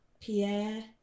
Pierre